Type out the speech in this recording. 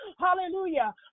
Hallelujah